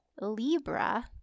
Libra